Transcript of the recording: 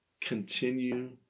continue